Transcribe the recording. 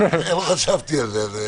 לא חשבתי על זה.